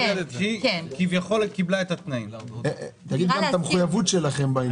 דירה להשכיר כביכול קיבלה את התנאים תגיד גם את המחויבות שלכם.